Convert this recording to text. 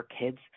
kids